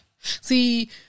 See